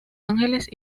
ángeles